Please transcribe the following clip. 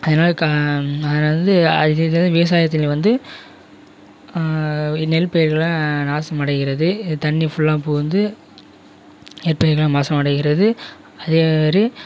அதனால் கா அதில் வந்து விவசாயத்துலேயும் வந்து நெல்பயிர்கள்லாம் நாசமடைகிறது தண்ணி ஃபுல்லாக புகுந்து நெற்பயிர்கள் மோசமடைகிறது அதே மாதிரி